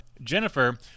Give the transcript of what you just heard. Jennifer